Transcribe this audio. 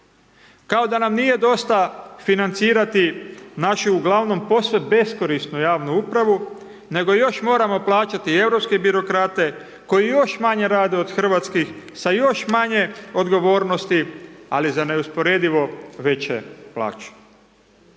Kao da nam nije dosta financirati našu uglavnom posve beskorisnu javnu upravu, nego još moramo plaćati i europske birokrate koji još manje rade od hrvatskih sa još manje odgovornosti, ali za neusporedivo veće plaće.